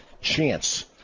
chance